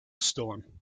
storm